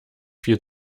viel